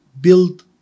build